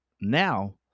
now